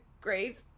grave